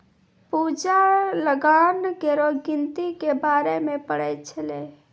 पूजा लगान केरो गिनती के बारे मे पढ़ै छलै